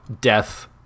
death